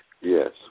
Yes